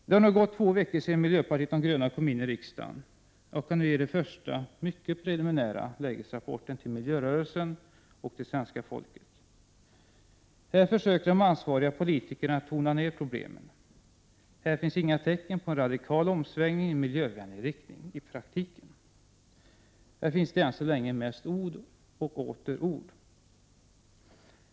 Det har nu gått två veckor sedan miljöpartiet de gröna kom in i riksdagen, och jag kan ge den första mycket preliminära lägesrapporten till miljörörelsen och det svenska folket. Här försöker de ansvariga politikerna tona ner problemen. Här finns inga tecken på en i praktiken radikal omsvängning i miljövänlig riktning. Här finns det än så länge mest ord och åter ord.